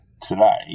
Today